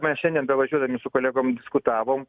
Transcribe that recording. mes šiandien bevažiuodami su kolegom diskutavom